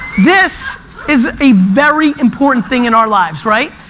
this is a very important thing in our lives, right?